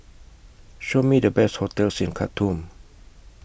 Show Me The Best hotels in Khartoum